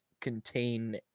contain